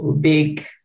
big